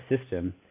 system